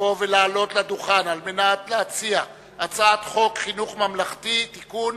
לבוא ולעלות לדוכן על מנת להציע את הצעת חוק חינוך ממלכתי (תיקון,